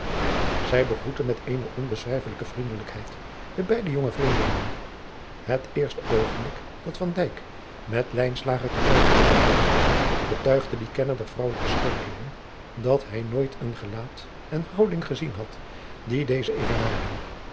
zij begroette met eene onbeschrijfelijke vriendelijkheid de beide jonge vreemdelingen het eerste oogenblik dat van dijk met lijnslager toevallig alleen was betuigde die kenner der vrouwelijke schoonheden dat hij nooit een gelaat en houding gesien had die deze evenaarden adriaan